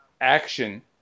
action